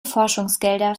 forschungsgelder